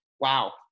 Wow